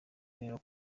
rero